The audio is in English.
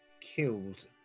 killed